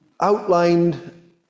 outlined